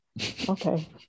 okay